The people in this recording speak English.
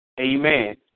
Amen